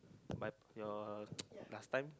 my your last time